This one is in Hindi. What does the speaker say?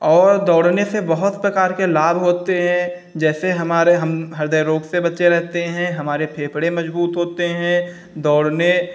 और दौड़ने से बहुत प्रकार के लाभ होते हैं जैसे हमारे हम हृदय रोग से बचे रहते हैं हमारे फेफड़े मज़बूत होते हैं दौड़ने